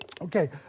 Okay